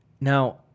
Now